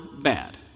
bad